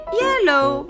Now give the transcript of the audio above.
yellow